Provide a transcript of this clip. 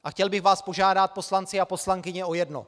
A chtěl bych vás požádat, poslanci a poslankyně, o jedno.